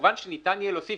כמובן שניתן יהיה להוסיף,